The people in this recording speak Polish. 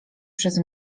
przez